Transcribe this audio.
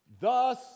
Thus